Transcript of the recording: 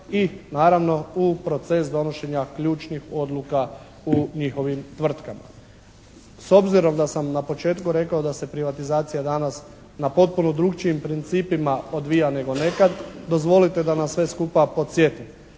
i naravno u proces donošenja ključnih odluka u njihovim tvrtkama. S obzirom da sam na početku rekao da se privatizacija danas na potpuno drukčijim principima odvija nego nekad. Dozvolite da nas sve skupa podsjetim